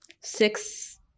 six